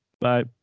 bye